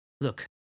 Look